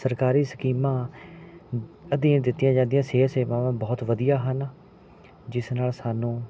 ਸਰਕਾਰੀ ਸਕੀਮਾਂ ਅਧੀਨ ਦਿੱਤੀਆਂ ਜਾਂਦੀਆਂ ਸਿਹਤ ਸੇਵਾਵਾਂ ਬਹੁਤ ਵਧੀਆ ਹਨ ਜਿਸ ਨਾਲ ਸਾਨੂੰ